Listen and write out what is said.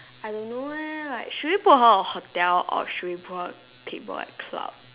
I know it like should we put her a hotel or should we put her table a club